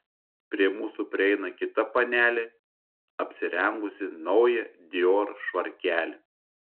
prie mūsų prieina kita panelė apsirengusi naują dior švarkelį